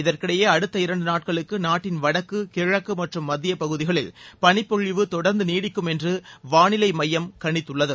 இதற்கிடையே அடுத்த இரண்டு நாட்களுக்கு நாட்டின் வடக்கு கிழக்கு மற்றும் மத்திய பகுதிகளில் பளிப்பொழிவு தொடர்ந்து நீடிக்கும் என்று வாளிலை மையம் கணித்துள்ளது